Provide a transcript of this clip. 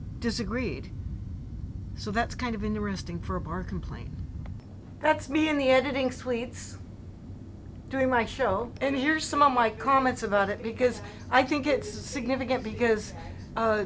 disagreed so that's kind of interesting for a bar complaint that's me in the editing suites during my show and here's some of my comments about it because i think it's significant because